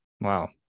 Wow